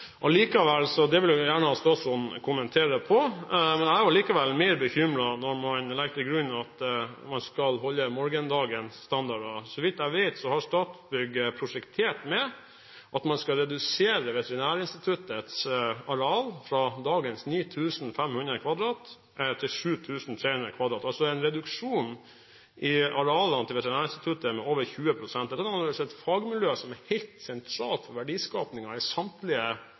vil jeg gjerne at statsråden kommenterer. Jeg er likevel mer bekymret når man legger til grunn at man skal holde morgendagens standard. Så vidt jeg vet, har Statsbygg prosjektert med at man skal redusere Veterinærinstituttets areal fra dagens 9 500 m2til 7 300 m2 – altså en reduksjon av arealene til Veterinærinstituttet på over 20 pst. Fagmiljøene er helt sentrale for verdiskapingen i samtlige